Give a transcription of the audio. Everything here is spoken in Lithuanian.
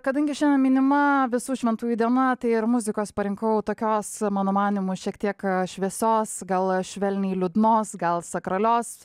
kadangi šiandien minima visų šventųjų diena tai ir muzikos parinkau tokios mano manymu šiek tiek šviesos gal švelniai liūdnos gal sakralios